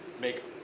make